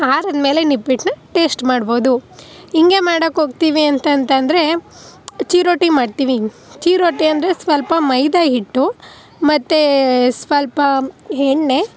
ಆರಿದ ಮೇಲೆ ನಿಪ್ಪಟ್ಟನ್ನ ಟೇಸ್ಟ್ ಮಾಡ್ಬೋದು ಹೀಗೆ ಮಾಡೋಕೆ ಹೋಗ್ತೀವಿ ಅಂತಂದ್ರೆ ಚಿರೋಟಿ ಮಾಡ್ತೀವಿ ಚಿರೋಟಿ ಅಂದರೆ ಸ್ವಲ್ಪ ಮೈದಾ ಹಿಟ್ಟು ಮತ್ತು ಸ್ವಲ್ಪ ಎಣ್ಣೆ